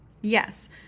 Yes